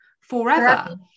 forever